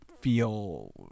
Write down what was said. feel